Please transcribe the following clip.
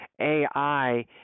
AI